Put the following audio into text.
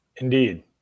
indeed